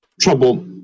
trouble-